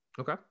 Okay